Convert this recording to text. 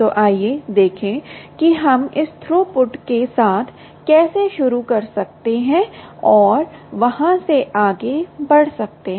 तो आइए देखें कि हम इस थ्रूपुट के साथ कैसे शुरू कर सकते हैं और वहां से आगे बढ़ सकते हैं